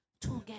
Together